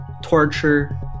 torture